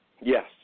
Yes